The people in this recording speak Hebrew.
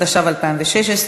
התשע"ו 2016,